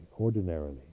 ordinarily